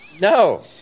No